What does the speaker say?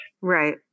Right